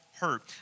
Hurt